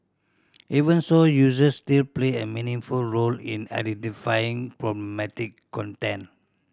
even so users still play a meaningful role in identifying problematic content